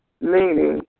meaning